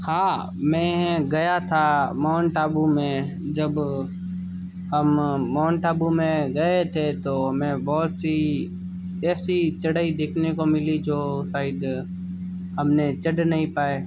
हाँ मैं गया था माउंट आबू में जब हम माउंट आबू में गए थे तो मैं बहुत सी ऐसी चढ़ाई देखने को मिली जो शायद हमने चढ़ नहीं पाए